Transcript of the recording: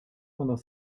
pendant